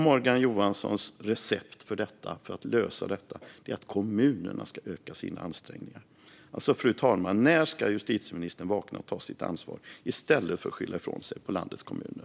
Morgan Johanssons recept för att lösa detta är att kommunerna ska öka sina ansträngningar. Fru talman! När ska justitieministern vakna och ta sitt ansvar i stället för att skylla ifrån sig på landets kommuner?